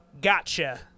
Gotcha